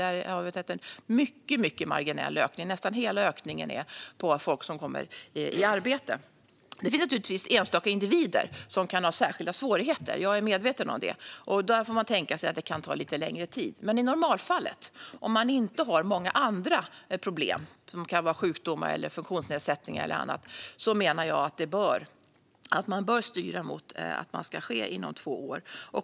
Där har vi sett en mycket marginell ökning. Nästan hela ökningen gäller människor som kommer i arbete. Det finns naturligtvis enstaka individer som kan ha särskilda svårigheter - jag är medveten om det. Då får man tänka sig att det kan ta lite längre tid. Men i normalfallet, om de inte har många andra problem, till exempel sjukdomar, funktionsnedsättningar eller annat, menar jag att man bör styra mot att detta ska ske inom två år.